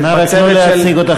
רק נא לא להציג אותה,